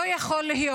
לא יכול להיות,